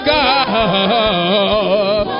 God